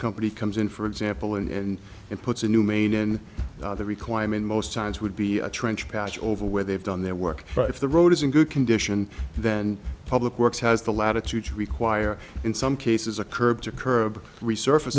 company comes in for example and it puts a new main in the requirement most times would be a trench patch over where they've done their work but if the road is in good condition then public works has the latitude to require in some cases a curb to curb resurface